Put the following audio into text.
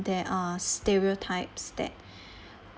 there are stereotypes that